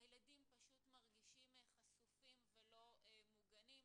הילדים פשוט מרגישים חשופים ולא מוגנים.